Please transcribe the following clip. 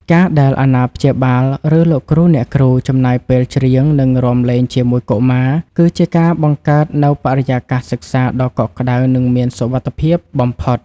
ការដែលអាណាព្យាបាល ឬលោកគ្រូអ្នកគ្រូ ចំណាយពេលច្រៀង និងរាំលេងជាមួយកុមារ គឺជាការបង្កើតនូវបរិយាកាសសិក្សាដ៏កក់ក្តៅ និងមានសុវត្ថិភាពបំផុត